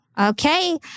Okay